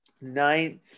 nine